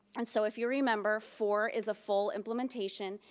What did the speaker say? and so if you remember four is a full implementation,